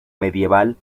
medieval